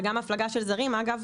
וגם הפלגה של זרים אגב,